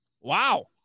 Wow